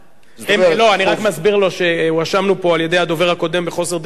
אני רק אסביר לו שהואשמנו פה על-ידי הדובר הקודם בחוסר דמוקרטיה.